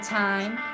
time